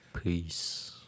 Peace